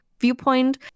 viewpoint